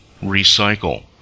recycle